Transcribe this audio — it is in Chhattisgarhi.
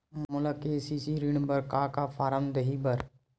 मोला के.सी.सी ऋण बर का का फारम दही बर?